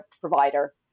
provider